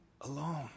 alone